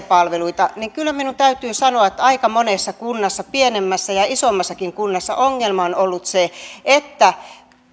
palveluita kyllä minun täytyy sanoa että aika monessa kunnassa pienemmässä ja isommassakin kunnassa ongelma on ollut se että